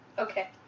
Okay